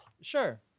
Sure